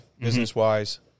business-wise